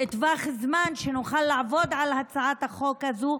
טווח זמן, כדי שנוכל לעבוד על הצעת החוק הזו,